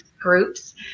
Groups